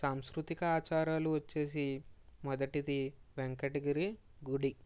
సాంస్కృతిక ఆచారాలు వచ్చేసి మొదటిది వెంకటగిరి గుడి